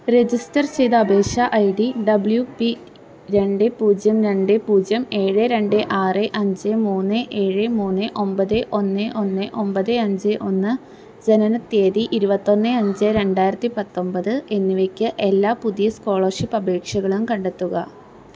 register ചെയ്ത അപേക്ഷ I D W P രണ്ട് പൂജ്യം രണ്ട് പൂജ്യം ഏഴ് രണ്ട് ആറ് അഞ്ച് മൂന്ന് ഏഴ് മൂന്ന് ഒൻപത് ഒന്ന് ഒന്ന് ഒൻപത് അഞ്ച് ഒന്ന് ജനനത്തീയതി ഇരുപത്തൊന്ന് അഞ്ച് രണ്ടായിരത്തി പത്തൊൻപത് എന്നിവയ്ക്ക് എല്ലാ പുതിയ സ്കോളർഷിപ്പ് അപേക്ഷകളും കണ്ടെത്തുക